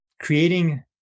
creating